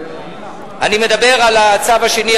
אני מדבר על הצו השני,